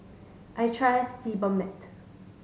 I trust Sebamed